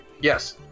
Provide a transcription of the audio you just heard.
Yes